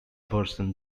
version